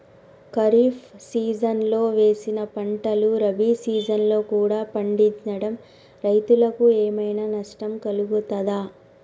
ఖరీఫ్ సీజన్లో వేసిన పంటలు రబీ సీజన్లో కూడా పండించడం రైతులకు ఏమైనా నష్టం కలుగుతదా?